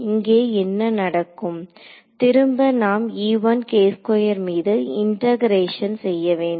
இங்கே என்ன நடக்கும் திரும்ப நாம் மீது இண்டெகரேஷன் செய்யவேண்டும்